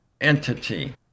entity